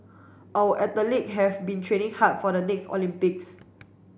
our athlete have been training hard for the next Olympics